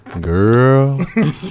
Girl